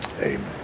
Amen